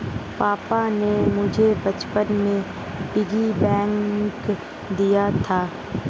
पापा ने मुझे बचपन में पिग्गी बैंक दिया था